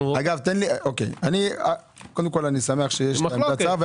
אני שמח שיש עמדת שר.